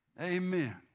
Amen